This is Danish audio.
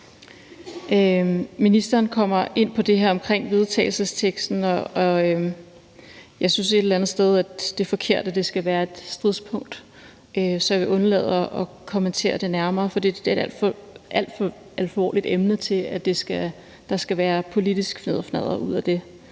Ministeren kommer ind på vedtagelsesteksten, og jeg synes et eller andet sted, det er forkert, at det skal være et stridspunkt, så jeg vil undlade at kommentere det nærmere, for det her er et alt for alvorligt emne til, at der skal være politisk fnidderfnadder om det.